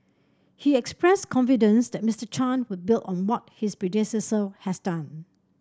he expressed confidence that Mister Chan would build on what his predecessor has done